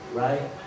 right